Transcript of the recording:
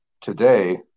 Today